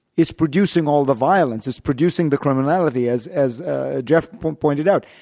is producing all the violence, it's producing the criminality as as ah jeff pointed out.